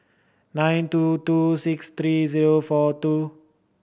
nine two two six three zero four two